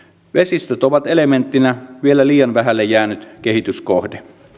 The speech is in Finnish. vesistöt ovat elementtinä vielä liian vähälle jäänyt kehityskohde